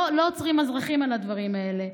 לא עוצרים אזרחים על הדברים האלה.